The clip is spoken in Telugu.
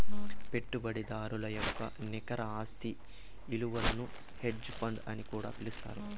పెట్టుబడిదారుల యొక్క నికర ఆస్తి ఇలువను హెడ్జ్ ఫండ్ అని కూడా పిలుత్తారు